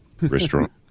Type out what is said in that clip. Restaurant